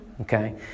Okay